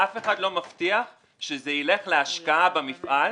ואף אחד לא מבטיח שזה ילך להשקעה במפעל,